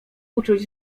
uczuć